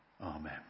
Amen